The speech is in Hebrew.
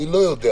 אני לא יודע,